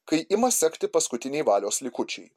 kai ima sekti paskutiniai valios likučiai